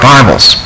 Bibles